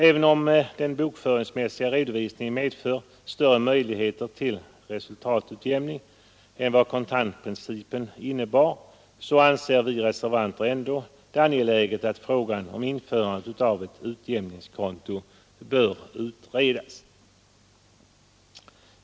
Även om den bokföringsmässiga redovisningen medför större möjligheter till resultatutjämning än vad kontantprincipen gjorde, anser vi reservanter ändå att det är angeläget att frågan om införandet av utjämningskonto bör utredas.